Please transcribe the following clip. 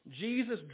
Jesus